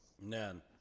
None